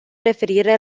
referire